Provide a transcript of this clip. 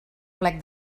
plec